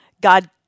God